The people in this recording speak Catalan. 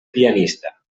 pianista